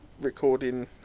recording